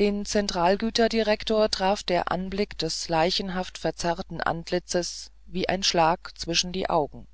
den zentralgüterdirektor traf der anblick des leichenhaft verzerrten antlitzes wie ein schlag zwischen die augen